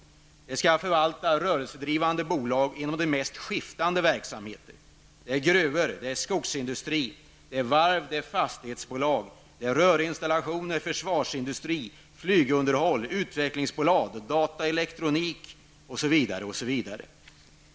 Bolaget skall förvalta rörelsedrivande bolag med de mest skilda verksamheter: gruvor, skogsindustri, varv, fastighetsbolag, rörinstallationer, försvarsindustri, flygunderhåll, utvecklingsbolag, dataelektronik osv.